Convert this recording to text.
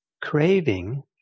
craving